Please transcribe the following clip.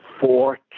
Four